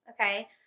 okay